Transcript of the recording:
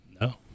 No